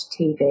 TV